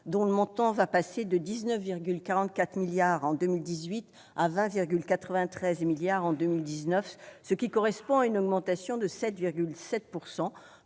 dont le montant passera de 19,44 milliards en 2018 à 20,93 milliards en 2019, ce qui correspond à une augmentation de 7,7 %.